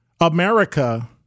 America